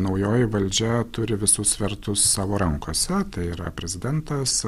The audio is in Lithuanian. naujoji valdžia turi visus svertus savo rankose tai yra prezidentas